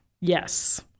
Yes